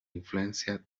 influencia